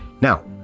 now